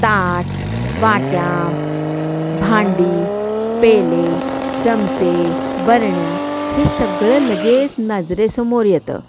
ताट वाट्या भांडी पेले चमचे बरण्या हे सगळं लगेच नजरेसमोर येतं